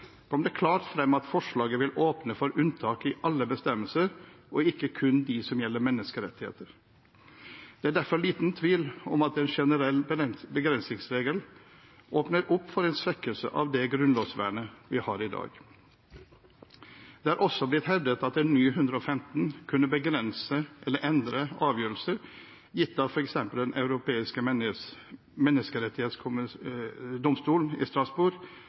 kom det klart frem at forslaget vil åpne for unntak i alle bestemmelser og ikke kun de som gjelder menneskerettigheter. Det er derfor liten tvil om at en generell begrensningsregel åpner opp for en svekkelse av det grunnlovsvernet vi har i dag. Det er også blitt hevdet at en ny § 115 kunne begrense eller endre avgjørelser gitt av f.eks. Den europeiske menneskerettsdomstol, EMD, i Strasbourg. Dette er ikke riktig. I